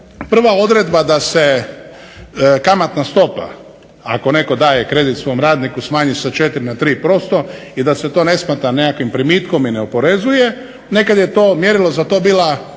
prva odredba da se kamatna stopa, ako netko daje kredit svom radniku smanji sa 4 na 3% i da se to ne smatra nekakvim primitkom i ne oporezuje, nekad je to mjerilo za to bila